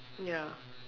ya